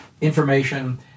information